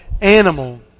animal